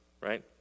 right